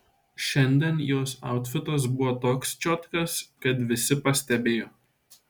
šiandien jos autfitas buvo toks čiotkas kad visi pastebėjo